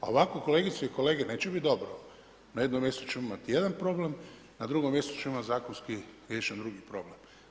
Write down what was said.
A ovako kolegice i kolege neće biti dobro na jednom mjestu ćemo imati jedan problem, na drugom mjestu ćemo imati zakonski riješen drugi problem.